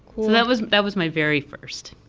that was that was my very first.